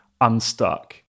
unstuck